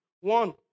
One